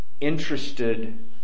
interested